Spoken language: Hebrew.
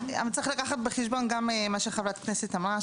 אבל צריך לקחת בחשבון גם את מה שחברת הכנסת אמרה,